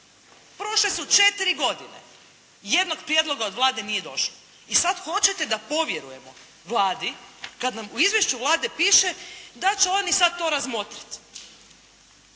Prošle su četiri godine, jednog prijedloga od Vlade nije došlo i sad hoćete da povjerujemo Vladi kad nam u Izvješću Vlade piše da će oni sad to razmotriti.